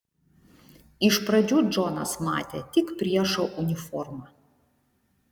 iš pradžių džonas matė tik priešo uniformą